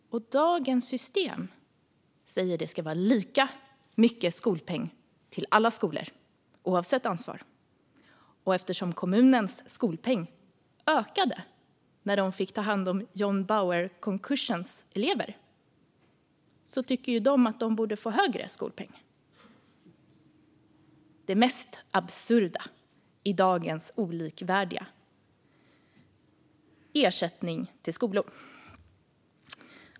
Dagens system säger nämligen att det ska vara lika mycket skolpeng till alla skolor oavsett ansvar, och eftersom kommunens skolpeng ökade när de fick ta hand om John Bauer-konkursens elever tycker koncernen att de nu borde få högre skolpeng. Detta är det mest absurda i dagens olikvärdiga ersättning till skolor.